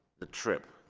the trip